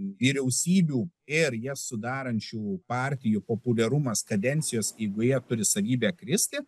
vyriausybių ir jas sudarančių partijų populiarumas kadencijos eigoje turi savybę kristi